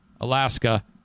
Alaska